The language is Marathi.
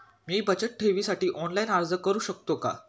मी बचत ठेवीसाठी ऑनलाइन अर्ज करू शकतो का?